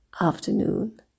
afternoon